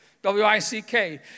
W-I-C-K